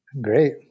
Great